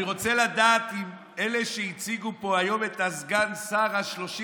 אני רוצה לדעת אם אלה שהציגו פה היום את סגן השר ה-35